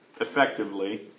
effectively